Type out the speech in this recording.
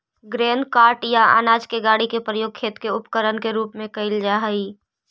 grain cart या अनाज के गाड़ी के प्रयोग खेत के उपकरण के रूप में कईल जा हई